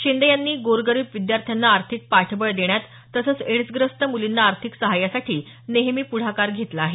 शिंदे यांनी गोरगरीब विद्यार्थ्यांना आर्थिक पाठबळ देण्यात तसंच एड्सग्रस्त मुलींना आर्थिक सहाय्यासाठी नेहमी पुढाकार घेतला आहे